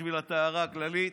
בשביל הטהרה הכללית,